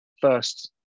first